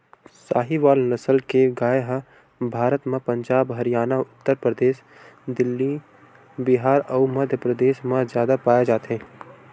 साहीवाल नसल के गाय ह भारत म पंजाब, हरयाना, उत्तर परदेस, दिल्ली, बिहार अउ मध्यपरदेस म जादा पाए जाथे